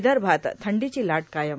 विदर्भात थंडीची लाट कायम